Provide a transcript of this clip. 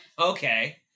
Okay